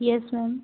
yes ma'am